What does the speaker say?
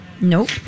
Nope